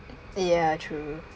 ya true